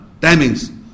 timings